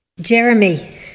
Jeremy